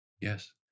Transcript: Yes